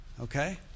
okay